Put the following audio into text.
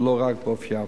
ולא רק באופיו.